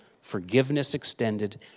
forgiveness-extended